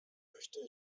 möchte